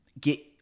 get